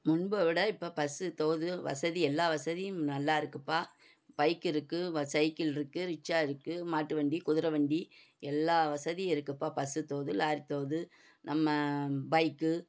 முன்பை விட இப்போ பஸ்ஸு தோது வசதி எல்லா வசதியும் நல்லா இருக்குப்பா பைக்கு இருக்கு வ சைக்கிள் இருக்கு ரிச்சாக இருக்கு மாட்டு வண்டி குதிர வண்டி எல்லா வசதியும் இருக்குப்பா பஸ்ஸு தோது லாரி தோது நம்ம பைக்கு